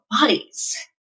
bodies